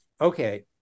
okay